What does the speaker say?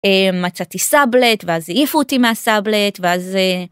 מצאתי סאבלט ואז העיפו אותי מהסאבלט ואז אה...